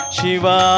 Shiva